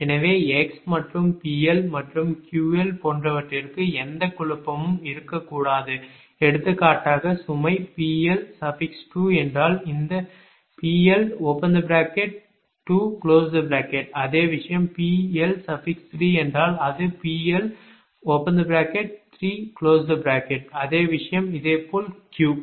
எனவே x மற்றும் PL மற்றும் QL போன்றவற்றிற்கு எந்த குழப்பமும் இருக்கக் கூடாது எடுத்துக்காட்டாக சுமை PL2 என்றால் இந்த PL அதே விஷயம் PL3 என்றால் அது PL அதே விஷயம் இதே போல் Q